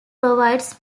provides